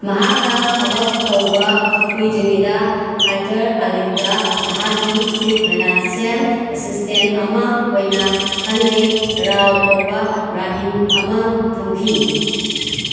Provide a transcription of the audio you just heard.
ꯃꯍꯥꯛꯅ ꯊꯕꯛ ꯇꯧꯕ ꯀꯨꯏꯗ꯭ꯔꯤꯉꯩꯗ ꯍꯥꯏꯗꯔ ꯑꯥꯂꯤꯟꯗ ꯃꯍꯥꯀꯀꯤ ꯆꯤꯞ ꯐꯥꯏꯅꯥꯟꯁꯤꯌꯦꯜ ꯑꯦꯁꯤꯁꯇꯦꯟ ꯑꯃ ꯑꯣꯏꯅ ꯈꯟꯗꯦ ꯔꯥꯎ ꯀꯧꯕ ꯕ꯭ꯔꯥꯝꯍꯤꯟ ꯑꯃ ꯊꯝꯈꯤ